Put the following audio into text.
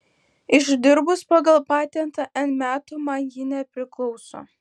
išdirbus pagal patentą n metų man ji nepriklauso